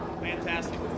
Fantastic